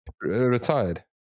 Retired